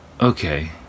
okay